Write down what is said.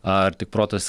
ar tik protas